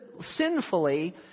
sinfully